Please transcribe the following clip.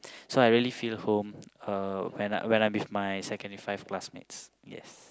so I really feel home uh when I when I'm with my secondary five classmates yes